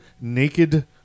naked